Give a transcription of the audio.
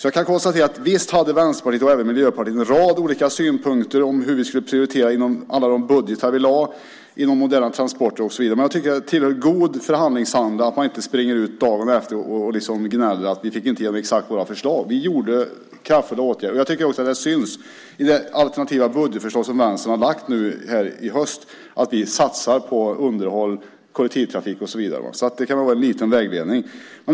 Jag kan konstatera det: Visst hade Vänsterpartiet och även Miljöpartiet en rad olika synpunkter om hur vi skulle prioritera inom alla de budgetar vi lade fram när det gällde moderna transporter och så vidare, men det tillhör god förhandlingsanda att man inte springer ut dagen efter och gnäller om att man inte fått igenom exakt sina förslag. Vi vidtog kraftfulla åtgärder, och jag tycker också att det syns i det alternativa budgetförslag som Vänstern har lagt fram nu i höst att vi satsar på underhåll, kollektivtrafik och så vidare. Det kan vara en liten vägledning. Herr talman!